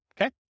okay